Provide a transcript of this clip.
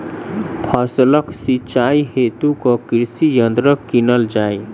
फसलक सिंचाई हेतु केँ कृषि यंत्र कीनल जाए?